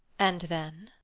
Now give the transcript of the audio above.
and then?